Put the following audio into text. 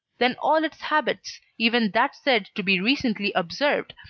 then all its habits, even that said to be recently observed,